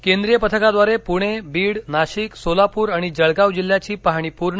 केंद्रीय पथकाद्वारे पूणे बीड नाशिक सोलापूर आणि जळगाव जिल्ह्याची पाहणी पूर्ण